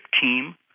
team